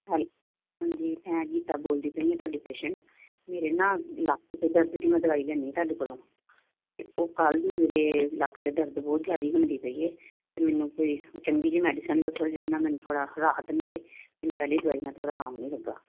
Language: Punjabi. ਹੈਲ ਹਾਂਜੀ ਮੈਂ ਗੀਤਾ ਬੋਲਦੀ ਪਈ ਹਾਂ ਤੁਹਾਡੀ ਪੇਸ਼ੈਂਟ ਮੇਰੇ ਨਾ ਲੱਕ 'ਚ ਦਰਦ ਦੀ ਮੈਂ ਦਵਾਈ ਲੈਂਦੀ ਤੁਹਾਡੇ ਕੋਲੋਂ ਅਤੇ ਉਹ ਕੱਲ੍ਹ ਦੀ ਮੇਰੇ ਲੱਕ 'ਚ ਦਰਦ ਬਹੁਤ ਜ਼ਿਆਦੇ ਹੁੰਦੀ ਪਈ ਏ ਅਤੇ ਮੈਨੂੰ ਕੋਈ ਚੰਗੀ ਜਿਹੀ ਮੈਡੀਸਨ ਦੱਸੋ ਜਿਹਦੇ ਨਾਲ਼ ਮੈਨੂੰ ਥੋੜ੍ਹਾ ਰਾਹਤ ਮਿਲੇ ਕਿਉਂਕਿ ਪਹਿਲੀ ਦਵਾਈ ਨਾਲ਼ ਥੋੜ੍ਹਾ ਆਰਾਮ ਨਹੀਂ ਲੱਗਾ